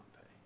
pay